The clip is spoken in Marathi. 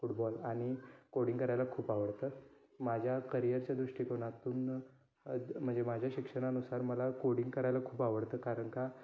फुटबॉल आणि कोडिंग करायला खूप आवडतं माझ्या करियरच्या दृष्टिकोनातून म्हणजे माझ्या शिक्षणानुसार मला कोडिंग करायला खूप आवडतं कारण का